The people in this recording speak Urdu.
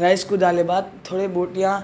رائس کو ڈالے بعد تھوڑے بوٹیاں